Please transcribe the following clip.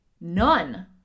none